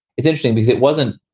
it's interesting because it wasn't.